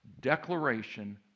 declaration